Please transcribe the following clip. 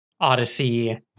Odyssey